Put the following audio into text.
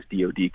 DOD